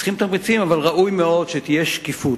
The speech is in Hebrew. צריכים תמריצים, אבל ראוי מאוד שתהיה שקיפות,